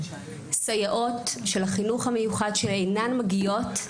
סייעות של החינוך המיוחד שאינן מגיעות,